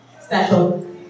special